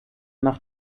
nach